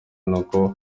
nuko